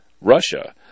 Russia